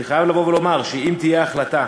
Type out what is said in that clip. אני חייב לומר שאם תהיה החלטה